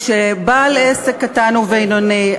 שבעל עסק קטן או בינוני,